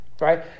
right